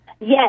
Yes